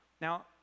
Now